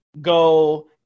Go